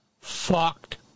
fucked